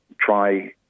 try